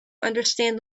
understand